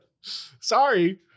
Sorry